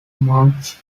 monks